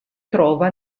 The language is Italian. trova